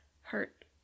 hurt